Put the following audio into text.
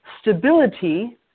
Stability